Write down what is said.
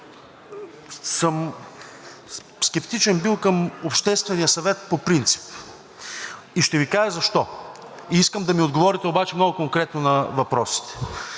бил скептичен към Обществения съвет по принцип и ще Ви кажа защо, и искам да ми отговорите обаче конкретно на въпросите.